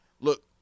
look